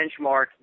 benchmark